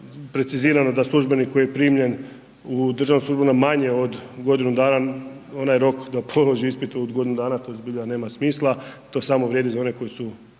da se precizirano da službenik koji je primljen u državnu službu manje od godinu dana, onaj rok da položi ispit u godinu dana, to zbilja nema smisla, to samo vrijedi za one koji su